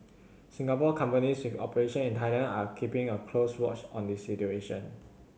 Singapore companies with operations in Thailand are keeping a close watch on the situation